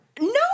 No